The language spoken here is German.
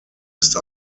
ist